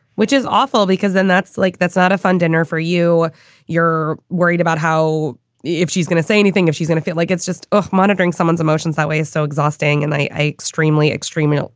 which is awful. because then that's like. that's not a fun dinner for you you're worried about how if she's going to say anything, if she's going to feel like it's just ah monitoring someone's emotions that way is so exhausting. and i i extremely, extremely,